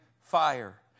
fire